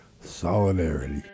Solidarity